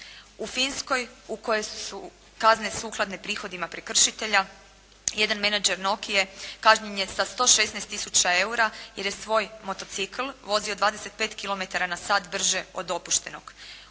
U Finskoj u kojoj su kazne sukladne prihodima prekršitelja jedan menadžer Nokie kažnjen je sa 116 tisuća eura jer je svoj motocikl vozio 25 kilometara na sat brže od dopuštenog.